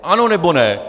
Ano, nebo ne?